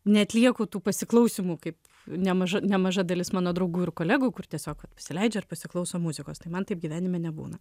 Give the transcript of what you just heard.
neatlieku tų pasiklausymų kaip nemaža nemaža dalis mano draugų ir kolegų kur tiesiog pasileidžia ir pasiklauso muzikos tai man taip gyvenime nebūna